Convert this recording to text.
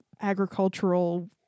agricultural